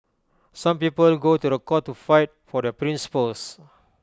some people go to court to fight for the principles